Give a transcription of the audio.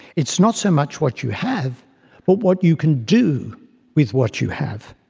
it's not so much what you have but what you can do with what you have.